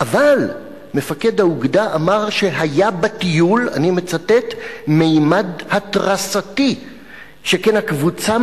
אבל מפקד האוגדה אמר שהיה בטיול: "ממד התרסתי שכן שהקבוצה